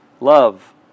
Love